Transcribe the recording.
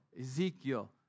Ezekiel